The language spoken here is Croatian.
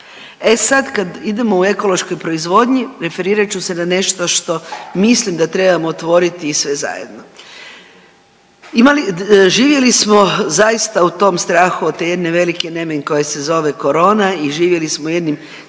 E sada kada idemo o ekološkoj proizvodnji, referirat ću se na nešto što mislim da trebamo otvoriti i sve zajedno. Živjeli smo zaista u tom strahu od te jedne velike nemani koja se zove korona i živjeli smo jednim